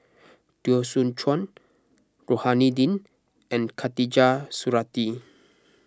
Teo Soon Chuan Rohani Din and Khatijah Surattee